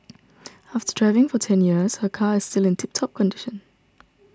after driving for ten years her car is still in tip top condition